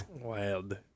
wild